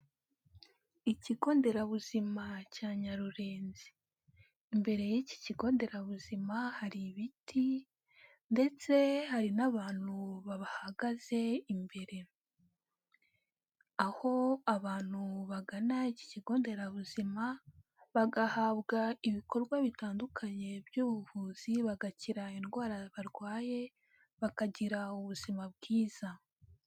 Ikigo nderabuzima cya Nyarurenzi, imbere y'iki kigo nderabuzima hari ibiti ndetse hari n'abantu babahagaze imbere, aho abantu bagana iki kigo nderabuzima bagahabwa ibikorwa bitandukanye by'ubuvuzi bagakira indwara barwaye, bakagira ubuzima bwiza.